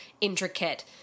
intricate